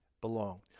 belong